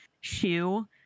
shoe